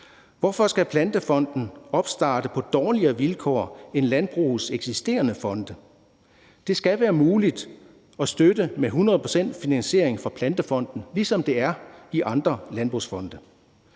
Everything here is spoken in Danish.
Hvorfor skal Plantefonden opstarte på dårligere vilkår end landbrugets eksisterende fonde? Det skal være muligt at støtte med 100 pct. finansiering fra Plantefonden, ligesom det er i andre landbrugsfonde.